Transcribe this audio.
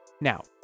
now